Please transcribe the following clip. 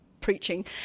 preaching